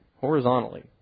horizontally